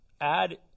add